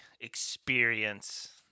experience